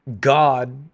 God